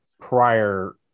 prior